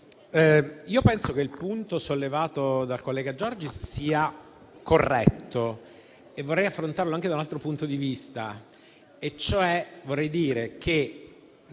penso che il punto sollevato dal collega Giorgis sia corretto e vorrei affrontarlo anche da un altro punto di vista.